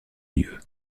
lieu